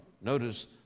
Notice